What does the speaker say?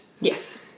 Yes